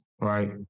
right